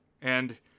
And-